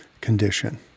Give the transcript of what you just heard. condition